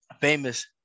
Famous